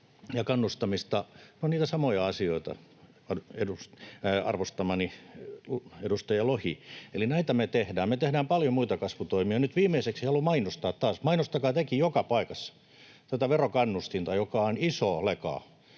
ja kannustamista. Ne ovat niitä samoja asioita, arvostamani edustaja Lohi. Eli näitä me tehdään. Me tehdään paljon muita kasvutoimia. Nyt viimeiseksi haluan mainostaa taas — mainostakaa tekin joka paikassa — tätä verokannustinta, joka siis on iso leka